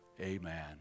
amen